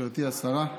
גברתי השרה,